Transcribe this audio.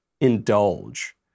indulge